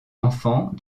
enfant